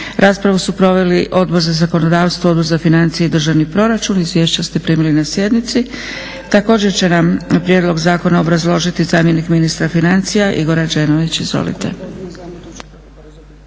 Raspravu su proveli Odbor za zakonodavstvo, Odbor za financije i državni proračun. Izvješća ste primili na sjednici. Također će nam prijedlog zakona obrazložiti zamjenik ministra financija Igor Rađenović. Izvolite.